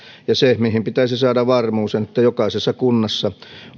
se mihin pitäisi saada varmuus on että jokaisessa kunnassa